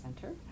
Center